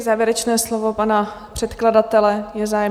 Závěrečné slovo pana předkladatele je zájem?